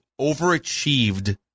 overachieved